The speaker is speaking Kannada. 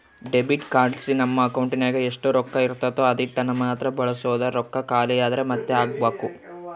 ಡೆಬಿಟ್ ಕಾರ್ಡ್ಲಾಸಿ ನಮ್ ಅಕೌಂಟಿನಾಗ ಎಷ್ಟು ರೊಕ್ಕ ಇರ್ತತೋ ಅದೀಟನ್ನಮಾತ್ರ ಬಳಸ್ಬೋದು, ರೊಕ್ಕ ಖಾಲಿ ಆದ್ರ ಮಾತ್ತೆ ಹಾಕ್ಬಕು